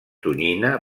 tonyina